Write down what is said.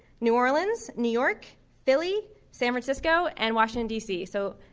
new orleans, new york, philly, san francisco, and washington, d c. so,